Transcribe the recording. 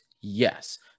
Yes